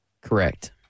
Correct